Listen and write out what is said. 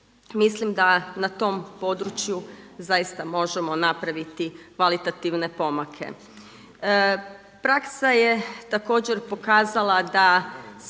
Mislim da na tom području zaista možemo napraviti kvalitativne pomake. Praksa je također pokazala da